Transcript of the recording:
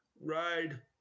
ride